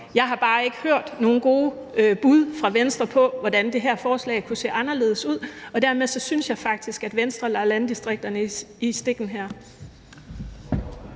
Jeg har bare ikke hørt nogen gode bud fra Venstre på, hvordan det her forslag kunne se anderledes ud, og dermed synes jeg faktisk, at Venstre lader landdistrikterne i stikken her.